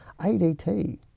ADT